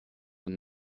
und